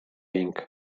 inc